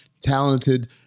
talented